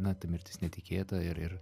na ta mirtis netikėta ir ir